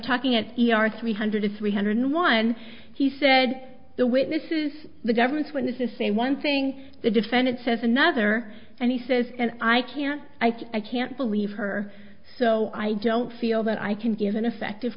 talking at e r three hundred three hundred one he said the witnesses the government's witnesses say one thing the defendant says another and he says and i can't i can't believe her so i don't feel that i can give an effective